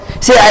See